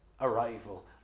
arrival